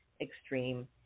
extreme